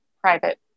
private